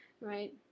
right